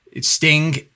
Sting